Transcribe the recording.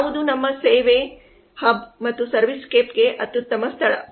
ಯಾವುದು ನಮ್ಮ ಸೇವೆ ಹಬ್ ಮತ್ತು ಸರ್ವಿಸ್ ಸ್ಕೇಪ್ ಗೆ ಅತ್ತುತ್ತಮ ಸ್ಥಳ